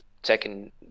Taking